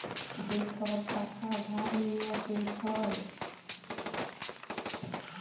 যে ছব টাকা ধার লিঁয়ে সুদ হ্যয়